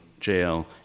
jail